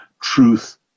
truth